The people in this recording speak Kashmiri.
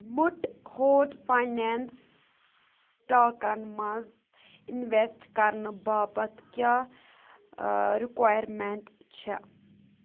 مُٹ ہاٹھ فاینانٛس سِٹاکَن منٛز اِنویٚسٹہٕ کَرنہٕ باپتھ کیٛاہ رکایرمٮ۪نٛٹ چھےٚ